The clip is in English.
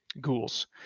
ghouls